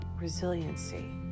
resiliency